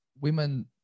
women